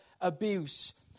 abuse